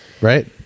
right